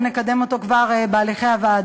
שנקדם אותו כבר בוועדה,